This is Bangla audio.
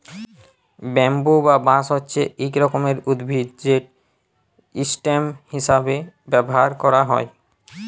ব্যাম্বু বা বাঁশ হছে ইক রকমের উদ্ভিদ যেট ইসটেম হিঁসাবে ব্যাভার ক্যারা হ্যয়